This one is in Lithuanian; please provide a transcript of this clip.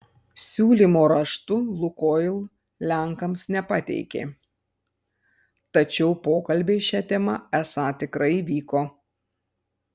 siūlymo raštu lukoil lenkams nepateikė tačiau pokalbiai šia tema esą tikrai vyko